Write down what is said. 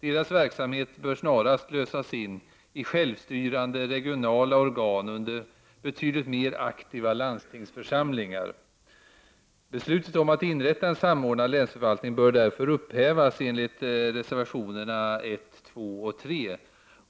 Deras verksamhet bör snarast lösas in i självstyrande regionala organ under betydligt mer aktiva landstingsförsamlingar. Beslutet om att inrätta en samordnad länsförvaltning bör därför upphävas enligt reservationerna 1, 2 och 3.